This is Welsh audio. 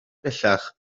bellach